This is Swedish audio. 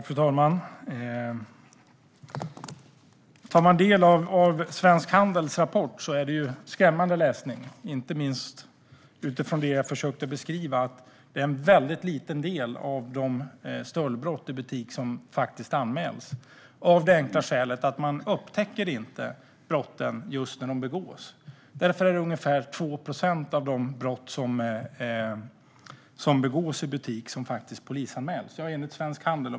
Fru ålderspresident! Svensk Handels rapport är skrämmande läsning, inte minst utifrån det jag försökte beskriva. Det är en väldigt liten del av stöldbrotten i butik som anmäls, av det enkla skälet att man inte upptäcker brotten just när de begås. Det är ungefär 2 procent av de brott som begås i butik som polisanmäls, enligt Svensk Handel.